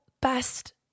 best